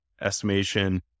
estimation